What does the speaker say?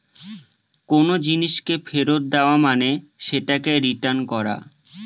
কোনো জিনিসকে ফেরত দেওয়া মানে সেটাকে রিটার্ন করা